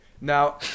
now